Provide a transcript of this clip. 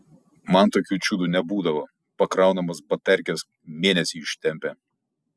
man tokių čiudų nebūdavo pakraunamos baterkės mėnesį ištempia